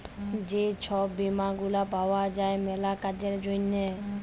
যে ছব বীমা গুলা পাউয়া যায় ম্যালা কাজের জ্যনহে